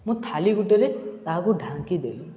ମୁଁ ଥାଳି ଗୋଟେରେ ତାହାକୁ ଢାଙ୍କି ଦେଲି